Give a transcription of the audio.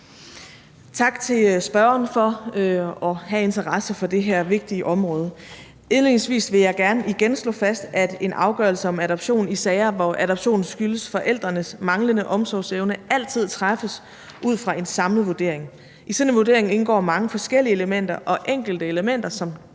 Tak til spørgeren for at have interesse for det her vigtige område. Indledningsvis vil jeg gerne igen slå fast, at en afgørelse om adoption i sager, hvor adoptionen skyldes forældrenes manglende omsorgsevne, altid træffes ud fra en samlet vurdering. I sådan en vurdering indgår mange forskellige elementer, og enkelte elementer som